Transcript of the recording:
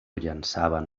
llançaven